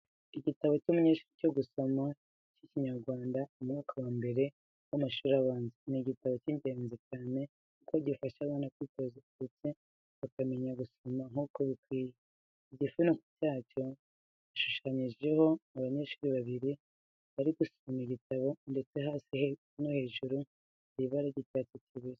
Igitabo cy'umunyeshuri cyo gusoma cy'Ikinyarwanda mu mwaka wa mbere w'amashuri abanza, ni igitabo cy'ingenzi cyane kuko gifasha abana kwitoza ndetse bakamenya gusoma nk'uko bikwiriye. Ku gifuniko cyacyo hashushanyijeho abanyeshuri babiri bari gusoma igitabo ndetse hasi no hejuru hari ibara ry'icyatsi kibisi.